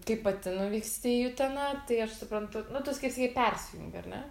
kai pati nuvyksti į uteną tai aš suprantu nu tu sakei sakei persijungi ar ne